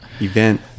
Event